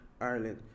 Ireland